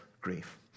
grief